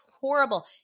horrible